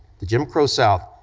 the jim crow south,